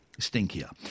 stinkier